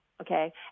Okay